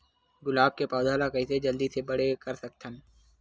गुलाब के पौधा ल कइसे जल्दी से बड़े कर सकथन?